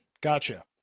Gotcha